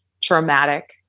traumatic